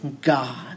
God